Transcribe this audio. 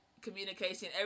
communication